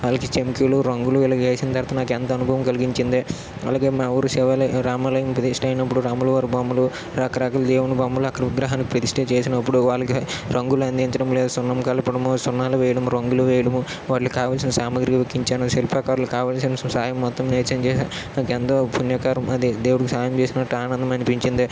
వాళ్ళకి చంకీలు రంగులు వేసిన తర్వాత నాకు ఎంతో అనుభవం కలిగించింది అలాగే మా ఊరు శివాలయం రామాలయం ప్రతిష్ట అయినప్పుడు రాముల వారి బొమ్మలు రకరకాల దేవుని బొమ్మలు అక్కడ విగ్రహాన్ని ప్రతిష్ట చేసినప్పుడువాళ్ళకి రంగులు అందించడం లేదా సున్నాలు కలపడం సున్నాలు వేయడం రంగులు వేయడము వాళ్ళకు కావాల్సిన సామాగ్రి సృష్టించాను శిల్పాకారులకి కావాల్సిన సాహాయం నాకు ఎంతో దేవుడికి సాహాయం చేసినంత ఆనందం అనిపించింది